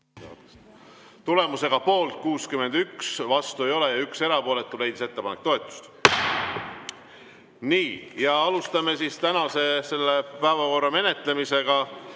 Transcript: Tulemusega poolt 61, vastuolijaid ei ole ja 1 erapooletu, leidis ettepanek toetust. Nii, alustame tänase selle päevakorra menetlemist.